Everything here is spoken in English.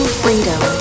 freedom